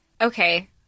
okay